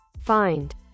Find